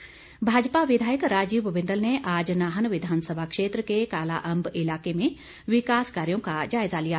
बिंदल भाजपा विधायक राजीव बिंदल ने आज नाहन विधानसभा क्षेत्र के कालाअंब इलाके में विकास कार्यो का जायजा लिया